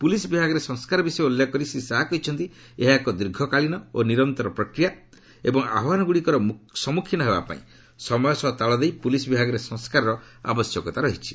police ବିଭାଗରେ ସଂସ୍କାର ବିଷୟ ଉଲ୍ଲେଖ କରି ଶ୍ରୀ ଶାହା କହିଛନ୍ତି ଏହା ଏକ ଦୀର୍ଘକାଳୀନ ଓ ନିରନ୍ତର ପ୍ରକ୍ରିୟା ଏବଂ ଆହ୍ୱାନଗୁଡ଼ିକର ସମ୍ମୁଖୀନ ହେବା ପାଇଁ ସମୟ ସହ ତାଳ ଦେଇ ପୁଲିସ୍ ବିଭାଗରେ ସଂସ୍କାରର ଆବଶ୍ୟକତା ରହିଛି